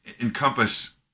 encompass